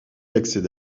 accède